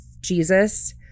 Jesus